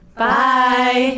Bye